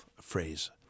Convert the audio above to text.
phrase